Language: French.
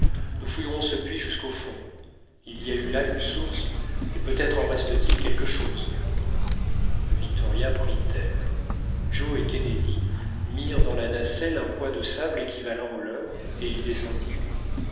nous fouillerons ce puits jusqu'au fond il y a eu là une source peut-être en reste-t-il quelque chose le victoria prit terre joe et kennedy mirent dans la nacelle un poids de sable équivalent au leur et ils descendirent